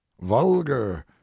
vulgar